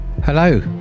hello